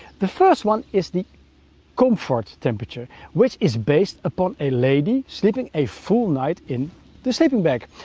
the first one is the comfort temperature, which is based upon a lady sleeping a full night in the sleeping bag,